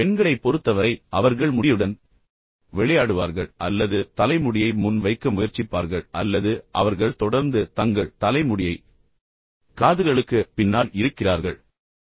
பெண்களைப் பொறுத்தவரை அவர்கள் முடியுடன் விளையாடுவார்கள் அல்லது அவர்கள் தலைமுடியை முன் வைக்க முயற்சிப்பார்கள் அல்லது அவர்கள் தொடர்ந்து தங்கள் தலைமுடியை காதுகளுக்கு பின்னால் இழுக்கிறார்கள் என்று நம்பப்படுகிறது